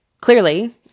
clearly